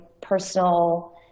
personal